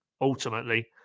ultimately